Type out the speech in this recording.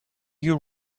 you